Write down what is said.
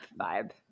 vibe